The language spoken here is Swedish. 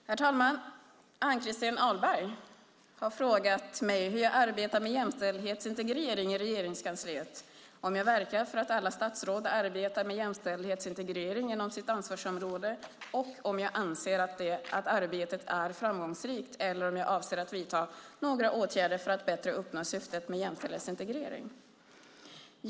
Herr talman! Ann-Christin Ahlberg har frågat mig hur jag arbetar med jämställdhetsintegrering i Regeringskansliet, om jag verkar för att alla statsråd arbetar med jämställdhetsintegrering inom sitt ansvarsområde och om jag anser att arbetet är framgångsrikt eller om jag avser att vidta några åtgärder för att bättre uppnå syftet med jämställdhetsintegrering.